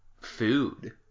food